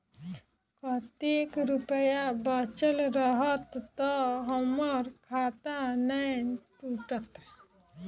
कतेक रुपया बचल रहत तऽ हम्मर खाता नै टूटत?